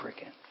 again